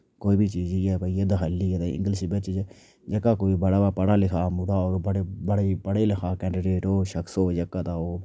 कोई बी चीज जियां भई दक्खली ऐ ते इंग्लिश बिच जेह्का कोई बड़ा पढ़ा लिखा मुड़ा होग बड़े बड़े पढ़ा लिखा कैंडिडेट होग शक्श होग जेह्का तां ओह्